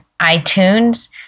iTunes